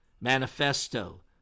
Manifesto